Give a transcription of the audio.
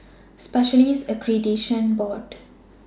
Specialists Accreditation Board